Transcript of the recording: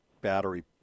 battery